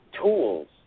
tools